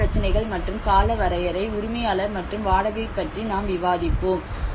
நிலப் பிரச்சினைகள் மற்றும் காலவரையறை உரிமையாளர் மற்றும் வாடகை பற்றி நாம் விவாதித்தோம்